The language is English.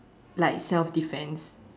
like self defense